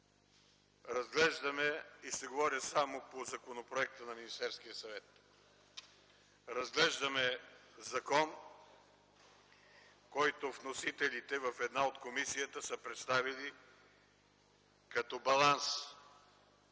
след него. Ще говоря само по законопроекта на Министерския съвет. Разглеждаме закон, който вносителите в една от комисиите са представили като баланс